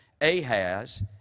Ahaz